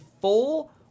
full